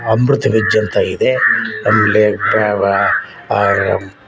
Amrit veg ಅಂತ ಇದೆ ಅಲ್ಲೇ ಡಾಬಾ ಆರಾಮ್